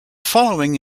following